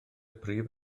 prif